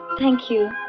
thank you.